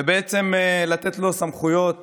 ובעצם לתת לו סמכויות